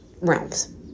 realms